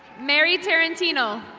mary tarantino.